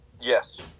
Yes